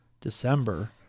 December